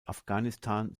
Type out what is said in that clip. afghanistan